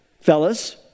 fellas